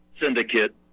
Syndicate